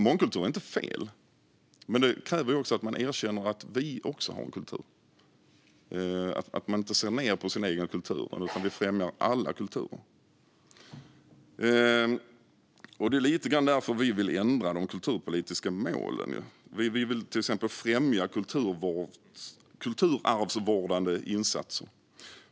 Mångkultur är inte fel, men det kräver att man erkänner att vi också har en kultur, att man inte ser ned på sin egen kultur utan vill främja alla kulturer. Det är lite grann därför vi vill ändra de kulturpolitiska målen. Vi vill till exempel främja kulturarvsvårdande insatser.